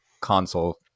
console